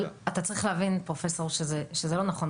אבל אתה צריך להבין, פרופסור, שזה לא נכון.